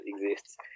exists